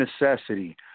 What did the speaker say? necessity